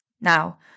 Now